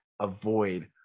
avoid